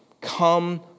come